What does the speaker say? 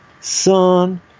son